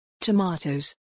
Tomatoes